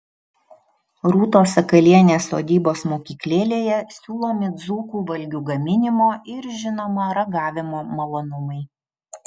rūtos sakalienės sodybos mokyklėlėje siūlomi dzūkų valgių gaminimo ir žinoma ragavimo malonumai